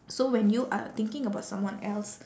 so when you are thinking about someone else